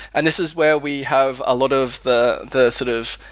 and this is where we have a lot of the the sort of,